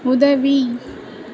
உதவி